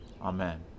Amen